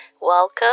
welcome